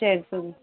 சரி சொல்லுங்கள்